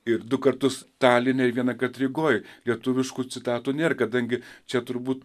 ir du kartus taline ir viena kad rygoj lietuviškų citatų nėr kadangi čia turbūt